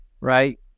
right